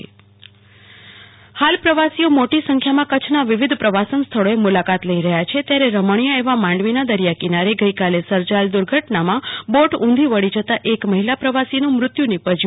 કલ્પના શાહ્ અકસ્માત દુર્ઘટના હાલ પ્રવાસીઓ મોટી સંખ્યામાં કચ્છના વિવિધ પ્રવાસન સ્થળોએ મુલાકાત લઇ રહ્યા છે ત્યારે રમણીય એવા માંડવી ના દરિયા કિનારે ગઈકાલે સર્જાયેલ દુર્ઘટનામાં બોટ ઉંધી વળી જતા એક મહિલા પ્રવાસીનું મૃત્યુ નીપશ્યું હતું